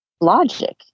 logic